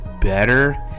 better